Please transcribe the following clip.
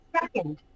second